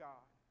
God